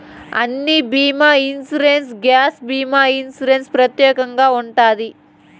అన్ని బీమా ఇన్సూరెన్స్లో గ్యాప్ భీమా ఇన్సూరెన్స్ ప్రత్యేకంగా ఉంటది